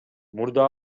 мурда